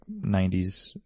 90s